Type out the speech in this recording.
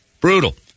Brutal